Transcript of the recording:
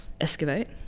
excavate